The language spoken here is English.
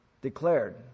declared